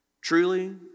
Truly